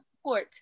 support